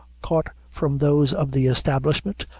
caught from those of the establishment,